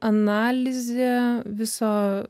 analizė viso